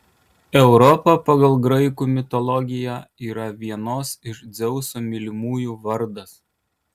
europa pagal graikų mitologiją yra vienos iš dzeuso mylimųjų vardas